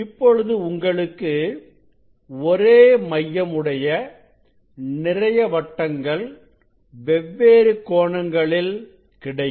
இப்பொழுது உங்களுக்கு ஒரே மையம் உடைய நிறைய வட்டங்கள் வெவ்வேறு கோணங்களில் கிடைக்கும்